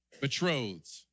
betrothed